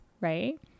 right